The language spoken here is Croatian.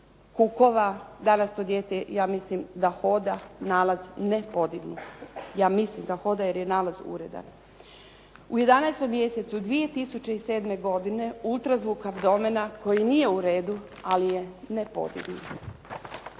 kukova. Danas to dijete ja mislim da hoda. Nalaz nepodignut. Ja mislim da hoda, jer je nalaz uredan. U 11. mjesecu 2007. godine ultrazvuk abdomena koji nije u redu, ali je nepodignut.